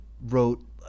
wrote